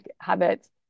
habits